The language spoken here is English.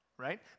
right